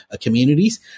communities